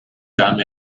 damn